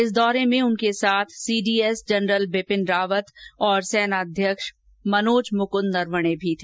इस दौरे भें उनके साथ सीडीएस जनरल बिपिन रावत और सेना अध्यक्ष मनोज मुकुन्द नरवणे भी हैं